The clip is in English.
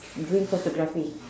during photography